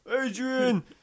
Adrian